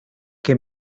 que